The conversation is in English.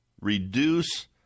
reduce